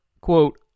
quote